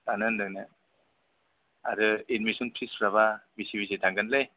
लानो होनदों ने आरो एडमिसन फिसफ्राबा बेसे बेसे थांगोनलै